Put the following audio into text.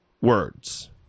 Words